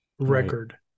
record